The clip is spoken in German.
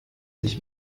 sich